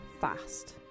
fast